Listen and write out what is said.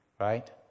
right